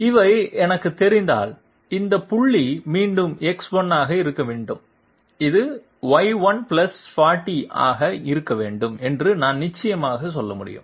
இவை எனக்குத் தெரிந்தால் இந்த புள்ளி மீண்டும் X1 ஆக இருக்க வேண்டும் இது Y1 40 ஆக இருக்க வேண்டும் என்று நான் நிச்சயமாக சொல்ல முடியும்